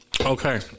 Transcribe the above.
Okay